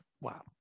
Wow